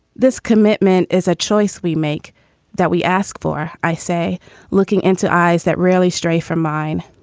this commitment is a choice we make that we ask for. i say looking into eyes that rarely stray from mine,